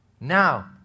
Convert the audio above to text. Now